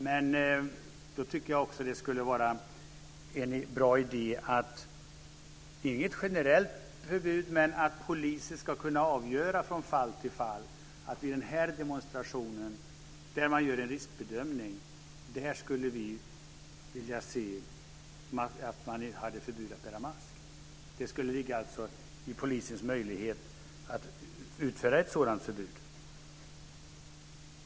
Men det skulle också vara en bra att idé att låta polisen avgöra från fall till fall och göra en riskbedömning. Det ska inte vara något generellt förbud, men man ska kunna säga: I den här demonstrationen skulle vi vilja se att det var förbjudet att bära mask. Polisen skulle ha befogenhet att ufärda ett sådant förbud.